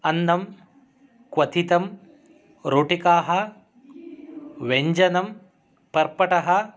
अन्नं क्वथितं रोटिकाः व्यञ्जनं पर्पटः